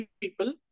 people